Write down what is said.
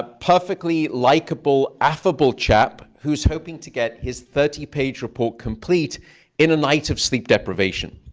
perfectly likable, affable chap who's hoping to get his thirty page report complete in a night of sleep deprivation.